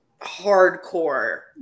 hardcore